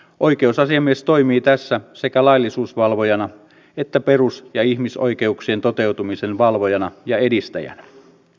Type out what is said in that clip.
oikeusasiamies toimii tässä sekä laillisuusvalvojana että perus ja ihmisoikeuksien toteutumisen valvojana ja edistäjänä